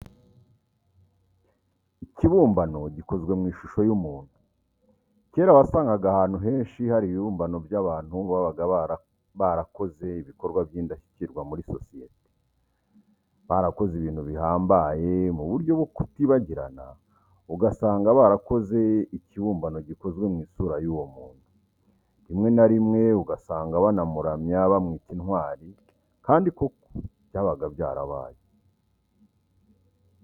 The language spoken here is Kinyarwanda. Ikibumbano gikozwe mu ishusho y'umuntu, cyera wasangaga ahantu henshi hari ibibumbano by'abantu babaga barakoze ibikorwa by'indashyikirwa muri sosiyete, barakoze ibintu bihambaye mu buryo bwo kutibagirana, ugasanga barakoze ikibumbano gikozwe mu isura y'uwo muntu. Rimwe na rimwe ugasanga banamuramya bamwita intwari kandi koko byabaga byarabaye.